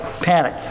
panic